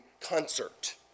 concert